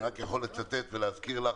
אני רק יכול לצטט ולהזכיר לך,